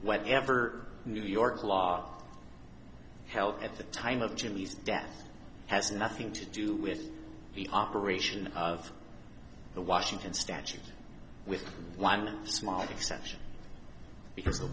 whatever new york law held at the time of jimmy's death has nothing to do with the operation of the washington statute with one small exception because